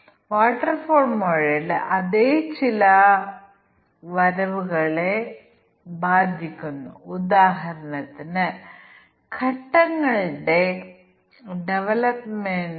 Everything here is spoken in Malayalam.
എന്നാൽ പകുതിയിലധികം നിറയുമ്പോഴാണ് ഭക്ഷണം നൽകുന്നത് അത് ഒരു ആഭ്യന്തര വിമാനമല്ല ടിക്കറ്റ് നിരക്ക് 3000 ൽ കൂടുതലല്ല